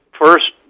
First